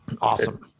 awesome